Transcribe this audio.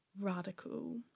radical